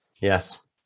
Yes